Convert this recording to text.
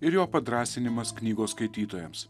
ir jo padrąsinimas knygos skaitytojams